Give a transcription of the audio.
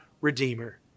Redeemer